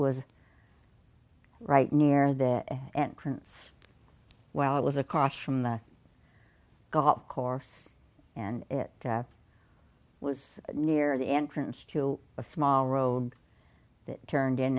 was right near the entrance while it was akash from the golf course and it was near the entrance to a small road that turned in